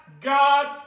God